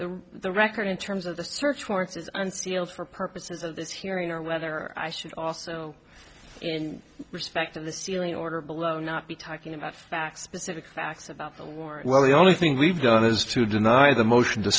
the the record in terms of the search warrants is unsealed for purposes of this hearing or whether i should also in respect of the sealing order below not be talking about facts specific facts about the war well the only thing we've done is to deny the motion to